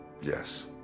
Yes